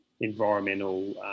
environmental